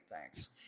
thanks